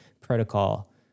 protocol